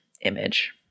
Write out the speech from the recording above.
image